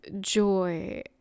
joy